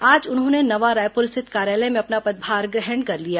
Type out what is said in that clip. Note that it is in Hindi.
आज उन्होंने नवा रायपुर स्थित कार्यालय में अपना पदभार ग्रहण कर लिया